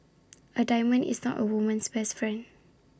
A diamond is not A woman's best friend